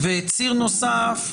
וציר נוסף,